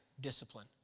discipline